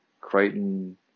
Crichton